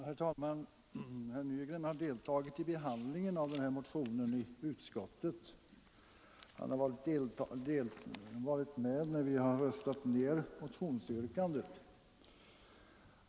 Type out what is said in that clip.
Herr talman! Herr Nygren har deltagit i behandlingen av motionen i utskottet och han har varit med när vi har röstat ned motionsyrkandet.